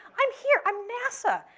i'm here. i'm nasa,